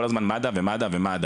לא צריך רק כל הזמן מד"א, ומד"א ומד"א.